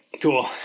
Cool